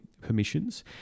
permissions